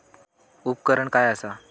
उपकरण काय असता?